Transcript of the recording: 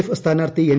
F സ്ഥാനാർഥി N